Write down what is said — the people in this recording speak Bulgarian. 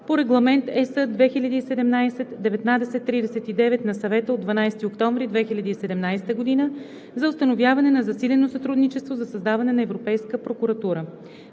по Регламент (ЕС) 2017/1939 на Съвета от 12 октомври 2017 година, за установяване на засилено сътрудничество за създаване на Европейска прокуратура.